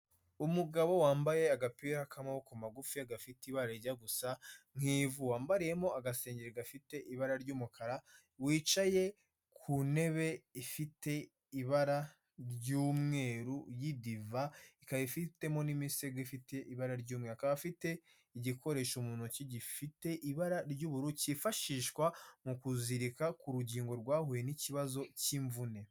Umugabo wambaye agapira k'amaboko magufi gafite ibara rijya gusa nk'ivu, wambariyemo agasengeri gafite ibara ry'umukara, wicaye ku ntebe ifite ibara ry'umweru y'idiva, ikaba ifitemo n'imisego ifite ibara ry'umweru. Akaba afite igikoresho mu ntoki gifite ibara ry'ubururu cyifashishwa mu kuzirika ku rugingo rwahuye n'ikibazo cy'imvune.